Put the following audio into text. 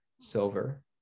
silver